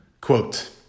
Quote